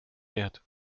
wert